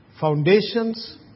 foundations